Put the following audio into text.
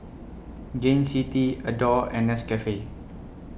Gain City Adore and Nescafe